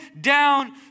down